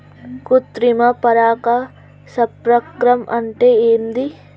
కృత్రిమ పరాగ సంపర్కం అంటే ఏంది?